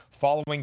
following